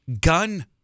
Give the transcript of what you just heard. gun